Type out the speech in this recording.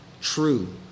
true